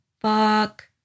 Fuck